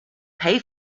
pay